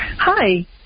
Hi